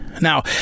Now